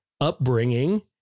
upbringing